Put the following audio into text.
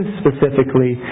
specifically